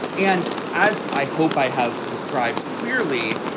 and as i hope i have described clearly,